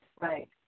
right